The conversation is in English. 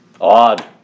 Odd